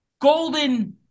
golden